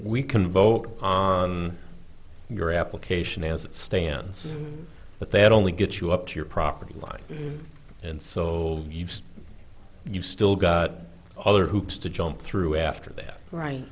we can vote on your application as it stands but they only get you up to your property line and saw you you've still got other hoops to jump through after that right